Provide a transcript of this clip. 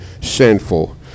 sinful